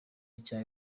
nshya